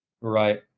Right